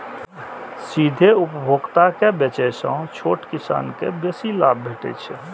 सीधे उपभोक्ता के बेचय सं छोट किसान कें बेसी लाभ भेटै छै